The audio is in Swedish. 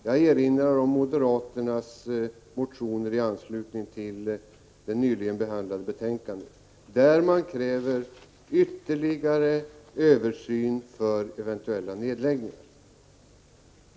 Jag erinrar om moderaternas motioner i anslutning till det nyligen behandlade betänkandet, där man krävde ytterligare översyn för eventuella nedläggningar.